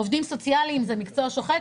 עובדים סוציאליים זה מקצוע שוחק,